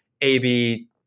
A-B